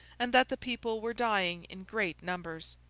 and that the people were dying in great numbers.